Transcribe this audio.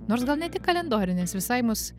nors gal ne tik kalendorinės visai mus